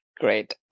great